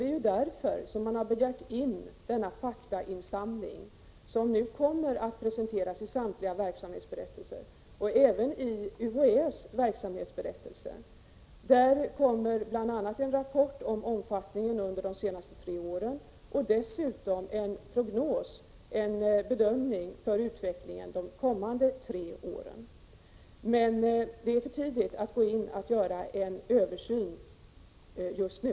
Det är därför man har begärt den faktainsamling som nu kommer att presenteras i samtliga verksamhetsberättelser och även i UHÄ:s berättelser. Där kommer bl.a. en rapport om omfattningen under de senaste tre åren och dessutom en bedömning av utvecklingen de kommande tre åren. Det är för tidigt att göra en översyn nu.